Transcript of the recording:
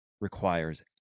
requires